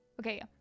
Okay